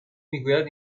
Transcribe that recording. میگوید